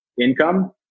Income